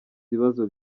ibibazo